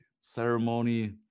ceremony